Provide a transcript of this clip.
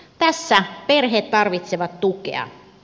tässä perheet tarvitsevat tukea